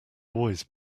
always